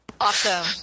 Awesome